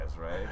right